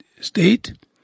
state